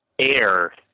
air